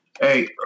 Hey